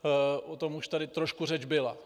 O tom už tady trošku řeč byla.